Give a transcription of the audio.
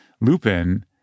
Lupin